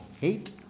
hate